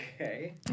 Okay